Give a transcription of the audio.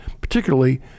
particularly